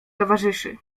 towarzyszy